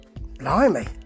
Blimey